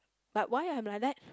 but why I like that